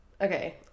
Okay